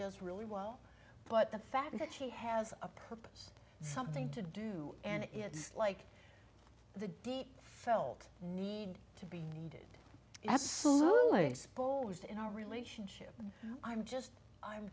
does really well but the fact that she has a purse something to do and it's like the deep felt need to be needed that's so exposed in our relationship and i'm just i'm